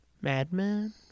Madman